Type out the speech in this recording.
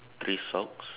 three socks